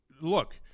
look